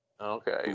Okay